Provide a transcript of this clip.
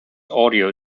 audio